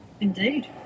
Indeed